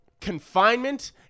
confinement